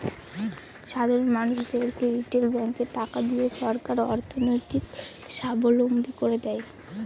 সাধারন মানুষদেরকে রিটেল ব্যাঙ্কে টাকা দিয়ে সরকার অর্থনৈতিক সাবলম্বী করে দেয়